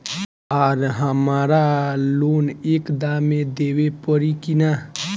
आर हमारा लोन एक दा मे देवे परी किना?